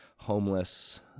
homeless